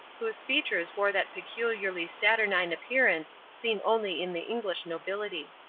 whose features wore that peculiarly saturnine appearance seen only in the english nobility.